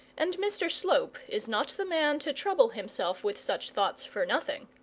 and mr slope is not the man to trouble himself with such thoughts for nothing.